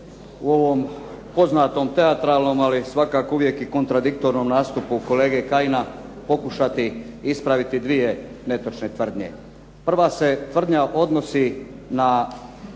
u ovom poznatom, teatralnom ali svakako uvijek kontradiktornom nastupu kolega Kajina pokušati ispraviti dvije netočne tvrdnje. Prva se tvrdnja odnosi dakle